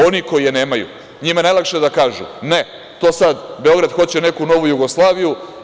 Oni koji je nemaju, njima je najlakše da kažu – ne, to sad Beograd hoće neku novu Jugoslaviju.